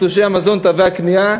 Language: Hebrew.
תלושי המזון ותווי הקנייה,